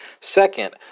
Second